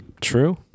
true